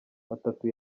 batatu